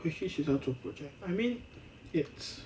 回去学校做 project I mean it's